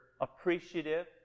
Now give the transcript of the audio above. appreciative